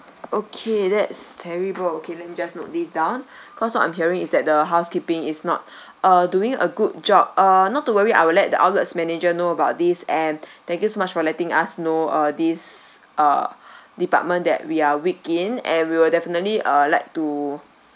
okay that's terrible okay let me just note this down cause what I'm hearing is that the housekeeping is not uh doing a good job uh not to worry I will let the outlets manager know about this and thank you so much for letting us know uh this uh department that we are weak in and we will definitely uh like to